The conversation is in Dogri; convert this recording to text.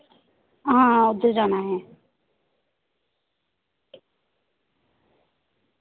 आं उद्धर जाना असें